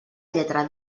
lletra